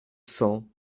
cents